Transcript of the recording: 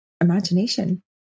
imagination